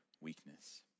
weakness